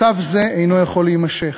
מצב זה אינו יכול להימשך.